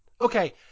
okay